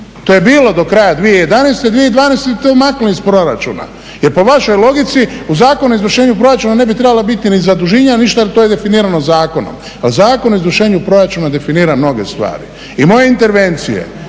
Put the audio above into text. to je bilo do kraja 2011., 2012. to se maknulo iz proračuna jer po vašoj logici u Zakonu o izvršenju proračuna ne bi trebalo biti ni zaduženja ni ništa jer to je definirano zakonom. Ali Zakon o izvršenju proračuna definira mnoge stvari i moje intervencije